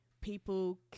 People